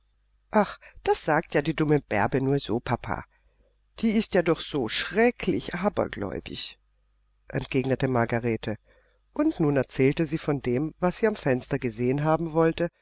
ach das sagt ja die dumme bärbe nur so papa die ist ja doch so schrecklich abergläubisch entgegnete margarete und nun erzählte sie von dem was sie am fenster gesehen haben wollte